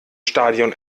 stadion